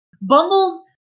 Bumbles